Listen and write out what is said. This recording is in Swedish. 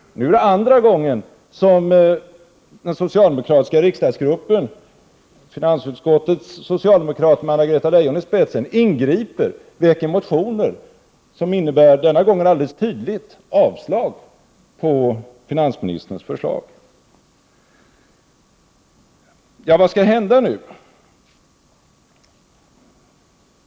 Nu är det andra gången som den socialdemokratiska riksdagsgruppen, finansutskottets socialdemokrater med Anna-Greta Leijon i spetsen ingriper och väcker motioner, som innebär denna gång alldeles tydligt avslag på finansministerns förslag. Vad skall hända nu?